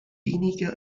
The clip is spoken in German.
weniger